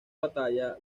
batalla